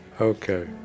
Okay